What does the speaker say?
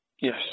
Yes